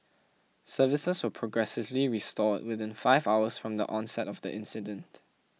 services were progressively restored within five hours from the onset of the incident